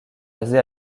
basés